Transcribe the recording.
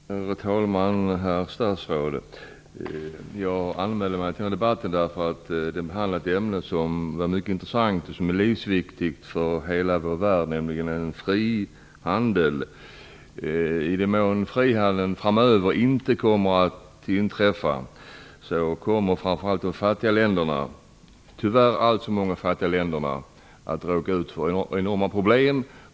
Herr talman! Herr statsråd! Jag anmälde mig till debatten eftersom det ämne som diskuteras är intressant och livsviktigt för hela vår värld, nämligen frihandeln. I den mån frihandeln framöver inte kommer att tillämpas, kommer framför allt de tyvärr alltför många fattiga länderna att råka ut för enorma problem.